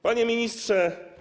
Panie Ministrze!